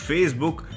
Facebook